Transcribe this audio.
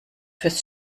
fürs